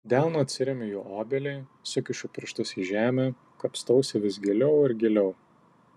delnu atsiremiu į obelį sukišu pirštus į žemę kapstausi vis giliau ir giliau